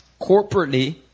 corporately